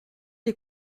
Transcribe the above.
les